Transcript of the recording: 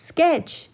Sketch